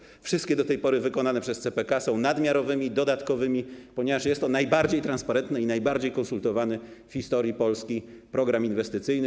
Wszystkie konsultacje do tej pory wykonane przez CPK są nadmiarowe i dodatkowe, ponieważ jest to najbardziej transparentny i najbardziej konsultowany w historii polski program inwestycyjny.